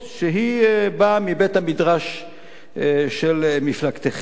שבאה מבית-המדרש של מפלגתכם,